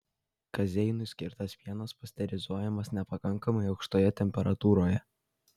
kazeinui skirtas pienas pasterizuojamas nepakankamai aukštoje temperatūroje